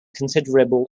considerable